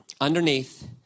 underneath